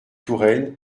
touraine